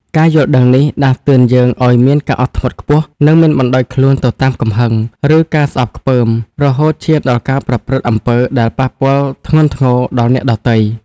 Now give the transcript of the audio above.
ការយល់ដឹងនេះដាស់តឿនយើងឲ្យមានការអត់ធ្មត់ខ្ពស់ និងមិនបណ្ដោយខ្លួនទៅតាមកំហឹង ឬការស្អប់ខ្ពើម រហូតឈានដល់ការប្រព្រឹត្តអំពើដែលប៉ះពាល់ធ្ងន់ធ្ងរដល់អ្នកដទៃ។